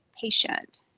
patient